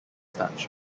touch